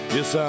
Yes